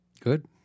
Good